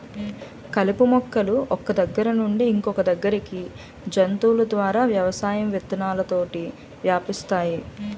కలుపు మొక్కలు ఒక్క దగ్గర నుండి ఇంకొదగ్గరికి జంతువుల ద్వారా వ్యవసాయం విత్తనాలతోటి వ్యాపిస్తాయి